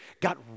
got